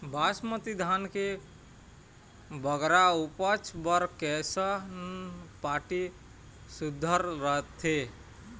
बासमती धान के बगरा उपज बर कैसन माटी सुघ्घर रथे?